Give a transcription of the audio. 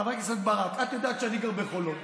חברת הכנסת ברק, את יודעת שאני גר בחולון.